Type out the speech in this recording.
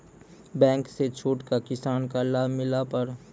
Bank से छूट का किसान का लाभ मिला पर?